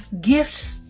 gifts